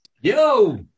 Yo